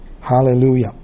Hallelujah